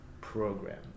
Program